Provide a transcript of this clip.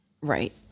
Right